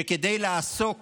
שכדי לעסוק